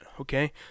okay